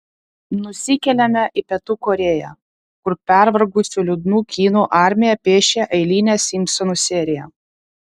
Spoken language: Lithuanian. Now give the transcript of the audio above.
nusikeliame į pietų korėją kur pervargusių liūdnų kinų armija piešia eilinę simpsonų seriją